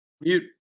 Mute